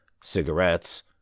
cigarettes